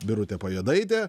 birutė pajedaitė